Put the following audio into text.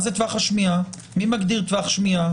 מי מגדיר טווח שמיעה?